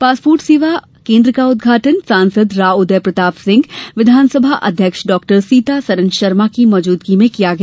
passport सेवा केन्द्र का उदघाटन सांसद राव उदय प्रताप सिंह विधानसभा अध्यक्ष डॉ सीतासरन शर्मा की मौजूदगी में किया गया